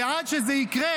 ועד שזה יקרה,